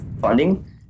funding